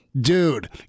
dude